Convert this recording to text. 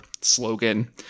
slogan